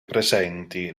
presenti